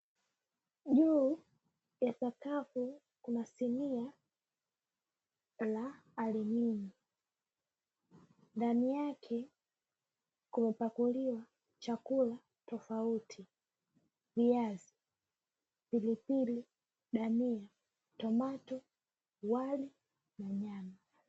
Juu ya sakafu Kuna sinia la ardhini. Ndani yake kumepakuliwa chakula tofauti. Viazi, pilipili, dania,(cs)tomato(cs), wali na nyama.